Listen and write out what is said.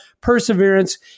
perseverance